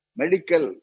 medical